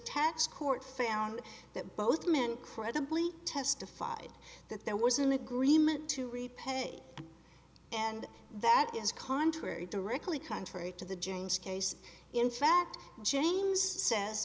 tax court found that both men credibly testified that there was an agreement to repay and that is contrary directly contrary to the james case in fact james says